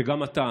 שגם אתה